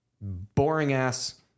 boring-ass